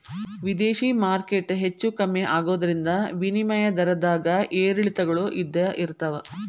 ವಿದೇಶಿ ಮಾರ್ಕೆಟ್ ಹೆಚ್ಚೂ ಕಮ್ಮಿ ಆಗೋದ್ರಿಂದ ವಿನಿಮಯ ದರದ್ದಾಗ ಏರಿಳಿತಗಳು ಇದ್ದ ಇರ್ತಾವ